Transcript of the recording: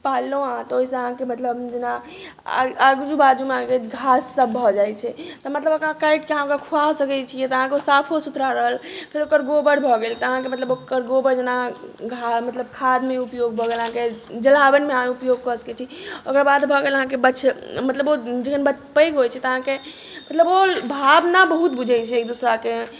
पाललहुँ आओर तऽ ओहिसँ अहाँके मतलब जेना आगू बाजूमे अहाँके घाससब भऽ जाइ छै तऽ मतलब ओकरा काटिके अहाँ ओकरा खुआ सकै छिए तऽ अहाँके ओ साफो सुथरा रहल फेर ओकर गोबर भऽ गेल तऽ अहाँके मतलब ओकर गोबर जेना अहाँ मतलब खादमे उपयोग भऽ गेल अहाँके जलावनमे अहाँ उपयोग कऽ सकै छी ओकराबाद भऽ गेल अहाँके बछ मतलब जहन ओ पैघ होइ छै तऽ अहाँके मतलब ओ भावना बहुत बुझै छै एक दोसराके